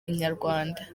inyarwanda